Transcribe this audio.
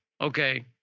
okay